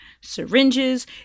syringes